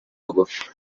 bagufi